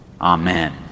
Amen